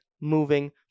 moving